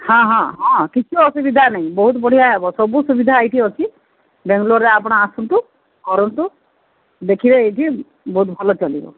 ହଁ ହଁ ହଁ କିଛି ଅସୁବିଧା ନାହିଁ ବହୁତ ବଢ଼ିଆ ହେବ ସବୁ ସୁବିଧା ଏଇଠି ଅଛି ବାଙ୍ଗଲୋର୍ରେ ଆପଣ ଆସନ୍ତୁ କରନ୍ତୁ ଦେଖିବେ ଏଇଠି ବହୁତ ଭଲ ଚାଲିବ